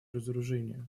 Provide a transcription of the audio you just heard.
разоружения